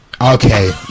Okay